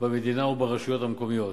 במדינה וברשויות המקומיות,